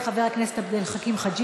חבר הכנסת עבד אל חכים חאג'